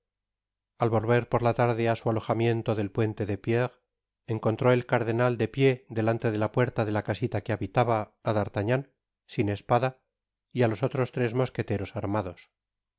al volver por la tarde á su alojamiento del puente de pierre encontró el cardenal de pié delante de la puerta de la casiia que habitaba á d'ariagnan sin espada y á los otros tres mosqueteros armados